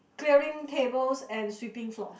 clearing tables and sweeping floors